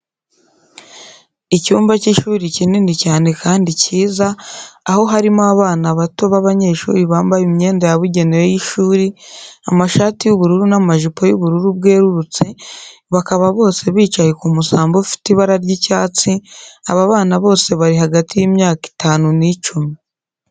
Icyumba cy'ishuri kinini cyane kandi cyiza, aho harimo abana bato b'abanyeshuri bambaye imyenda yabugenewe y'ishuri, amashati y'ubururu n'amajipo y'ubururu bwerurutse, bakaba bose bicaye ku musambi ufite ibara ry'icyatsi, aba bana bose bari hagati y'imyaka itanu n'icumi.